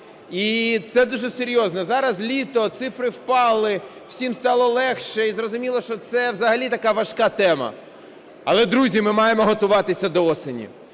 і це дуже серйозно. Зараз літо, цифри впали, всім стало легше. І зрозуміло, що це взагалі така важка тема, але, друзі, ми маємо готуватися до осені.